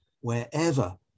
wherever